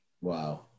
Wow